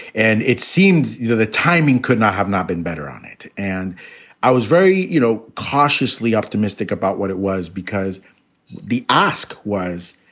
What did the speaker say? and it seemed, you know, the timing could not have not been better on it. and i was very, you know, cautiously optimistic about what it was, because the ask was,